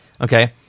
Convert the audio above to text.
okay